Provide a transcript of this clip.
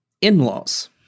in-laws